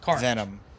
Venom